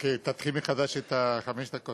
רק תתחיל מחדש את חמש הדקות.